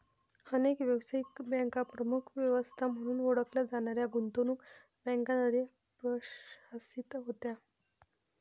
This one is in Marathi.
अनेक व्यावसायिक बँका प्रमुख व्यवस्था म्हणून ओळखल्या जाणाऱ्या गुंतवणूक बँकांद्वारे प्रशासित होत्या